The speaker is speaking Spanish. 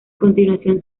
continuación